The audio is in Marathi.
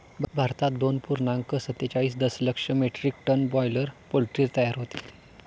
भारतात दोन पूर्णांक सत्तेचाळीस दशलक्ष मेट्रिक टन बॉयलर पोल्ट्री तयार होते